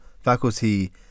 faculty